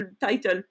title